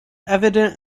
evident